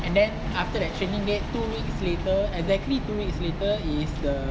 and then after that training date two weeks later exactly two weeks later is the